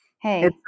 Hey